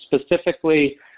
specifically